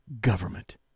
government